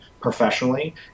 professionally